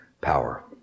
power